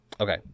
Okay